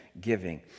giving